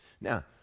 Now